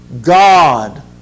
God